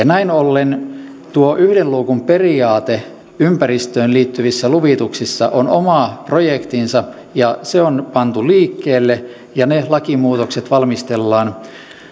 näin ollen tuo yhden luukun periaate ympäristöön liittyvissä luvituksissa on oma projektinsa ja se on pantu liikkeelle ja ne lakimuutokset valmistellaan